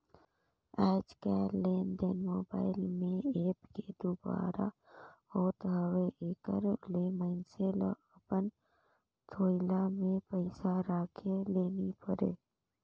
आएज काएललेनदेन मोबाईल में ऐप के दुवारा होत हवे एकर ले मइनसे ल अपन थोइला में पइसा राखे ले नी परे